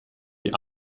die